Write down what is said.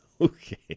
Okay